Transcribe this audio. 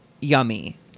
yummy